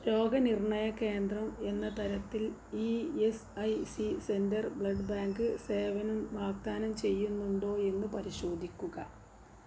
രോഗനിർണയ കേന്ദ്രം എന്ന തരത്തിൽ E S I C centre blood bank സേവനം വാഗ്ദാനം ചെയ്യുന്നുണ്ടോ എന്ന് പരിശോധിക്കുക